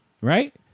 Right